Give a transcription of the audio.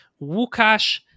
Wukash